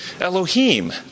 Elohim